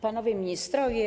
Panowie Ministrowie!